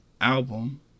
album